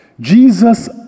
Jesus